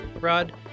Rod